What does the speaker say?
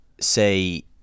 say